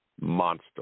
monster